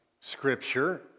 Scripture